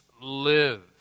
live